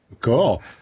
cool